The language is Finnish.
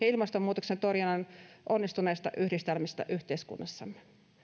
ilmastonmuutoksen torjunnan onnistuneesta yhdistelmästä yhteiskunnassamme